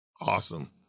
Awesome